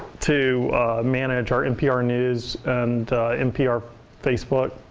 to manage our npr news and npr facebook.